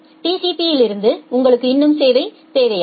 TCP இலிருந்து உங்களுக்கு இன்னும் சேவை தேவையா